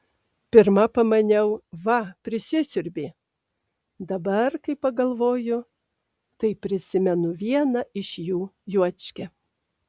pirma pamaniau va prisisiurbė dabar kai pagalvoju tai prisimenu vieną iš jų juočkę